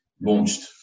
launched